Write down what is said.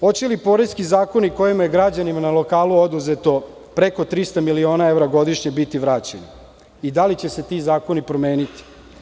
Hoće li poreski zakoni, kojima je građanima na lokalu oduzeto preko 300 miliona godišnje, biti vraćeni, i da li će se ti zakoni promeniti?